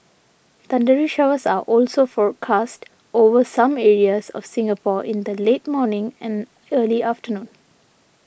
thundery showers are also forecast over some areas of Singapore in the late morning and early afternoon